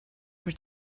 were